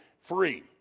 free